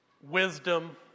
wisdom